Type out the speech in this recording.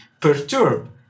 perturb